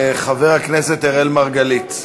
חבר הכנסת אראל מרגלית.